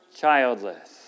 childless